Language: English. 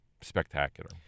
spectacular